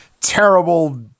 terrible